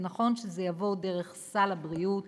זה נכון שזה יבוא דרך סל הבריאות,